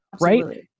right